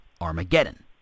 Armageddon